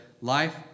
life